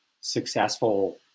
successful